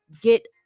get